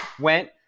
went